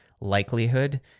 likelihood